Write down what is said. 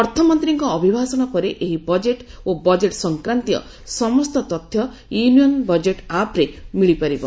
ଅର୍ଥମନ୍ତ୍ରୀଙ୍କ ଅଭିଭାଷଣ ପରେ ଏହି ବଜେଟ୍ ଓ ବଜେଟ୍ ସଂକ୍ରାନ୍ତୀୟ ସମସ୍ତ ତଥ୍ୟ 'ୟୁନିୟନ ବଜେଟ ଆପ୍'ରେ ମିଳିପାରିବ